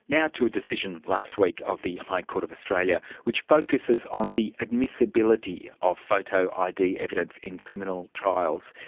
now to a decision last week of the high court of australia, which focusses on the admissibility of photo id evidence in criminal trials.